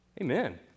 Amen